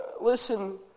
Listen